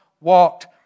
walked